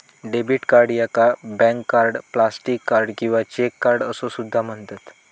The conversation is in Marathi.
डेबिट कार्ड याका बँक कार्ड, प्लास्टिक कार्ड किंवा चेक कार्ड असो सुद्धा म्हणतत